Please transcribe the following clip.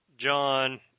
john